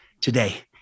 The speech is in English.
today